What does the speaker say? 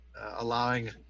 allowing